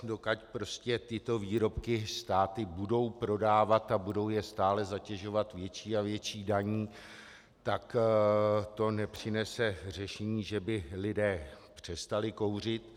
Dokud tyto výrobky státy budou prodávat a budou je stále zatěžovat větší a větší daní, tak to nepřinese řešení, že by lidé přestali kouřit.